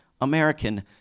American